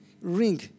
ring